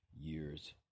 years